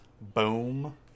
boom